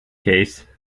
case